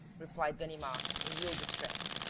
replied ganimard, in real distress.